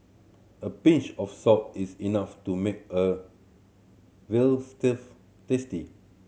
a pinch of salt is enough to make a veal tasty